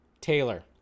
Taylor